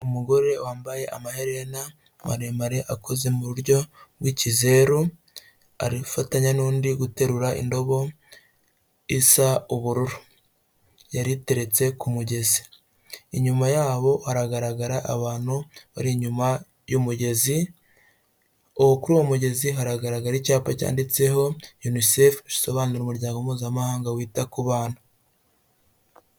Umugore wambaye amaherena maremare akoze mu buryo bw'ikizeru arafatanya n'undi guterura indobo isa ubururu yariteretse ku mugezi inyuma yabo hagaragara abantu bari inyuma y'umugezi kuri uwo mugezi haragaragara icyapa cyanditseho yunisefu bisobanura umuryango mpuzamahanga wita ku bana.